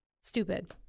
stupid